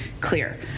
clear